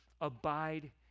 Abide